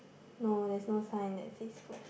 no there is no signs that says push